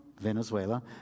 Venezuela